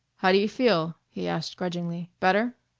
how do you feel? he asked grudgingly. better?